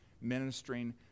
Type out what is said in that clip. ministering